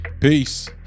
Peace